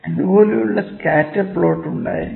ഇതുപോലുള്ള scatter plot ഉണ്ടായിരിക്കാം